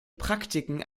praktiken